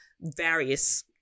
various